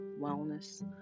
wellness